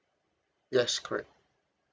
yes correct